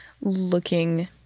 looking